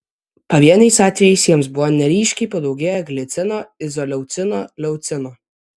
pavieniais atvejais jiems buvo neryškiai padaugėję glicino izoleucino leucino